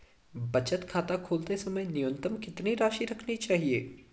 बचत खाता खोलते समय न्यूनतम कितनी राशि रखनी चाहिए?